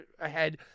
ahead